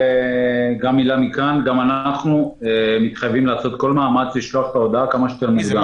גם אנחנו מתחייבים לעשות כל מאמץ לשלוח את ההודעה כמה שיותר מוקדם.